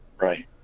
Right